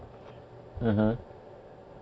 (uh huh)